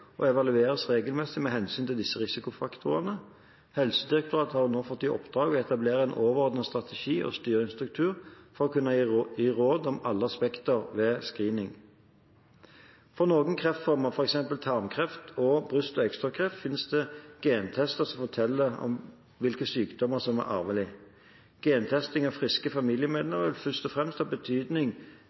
og evalueres regelmessig med hensyn til disse risikofaktorene. Helsedirektoratet har nå fått i oppdrag å etablere en overordnet strategi og styringsstruktur for å kunne gi råd om alle aspekter ved screening. For noen kreftformer, f.eks. tarmkreft og bryst- og eggstokkreft, finnes det gentester som forteller om hvilke sykdommer som er arvelige. Gentesting av friske familiemedlemmer vil først og fremst ha betydning